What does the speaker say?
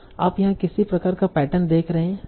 आप यहाँ किसी प्रकार का पैटर्न देख रहे हैं